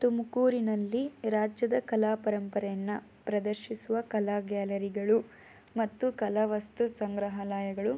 ತುಮಕೂರಿನಲ್ಲಿ ರಾಜ್ಯದ ಕಲಾಪರಂಪರೆಯನ್ನು ಪ್ರದರ್ಶಿಸುವ ಕಲಾ ಗ್ಯಾಲರಿಗಳು ಮತ್ತು ಕಲಾ ವಸ್ತುಸಂಗ್ರಹಾಲಯಗಳು